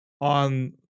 on